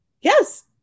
Yes